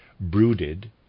brooded